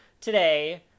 today